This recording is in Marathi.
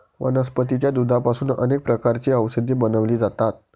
वनस्पतीच्या दुधापासून अनेक प्रकारची औषधे बनवली जातात